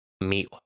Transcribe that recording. Meat